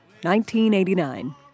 1989